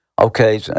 Okay